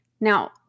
Now